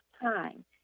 time